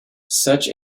such